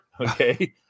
okay